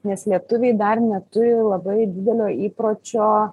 nes lietuviai dar neturi labai didelio įpročio